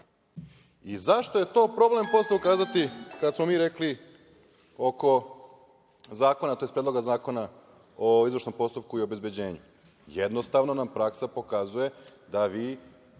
Zašto je to problem posle ukazati kada smo mi rekli oko zakona, tj. Predloga zakona o izvršnom postupku i obezbeđenju. Jednostavno nam praksa pokazuje da vi